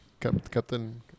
Captain